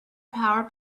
power